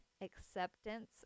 acceptance